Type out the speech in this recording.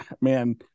man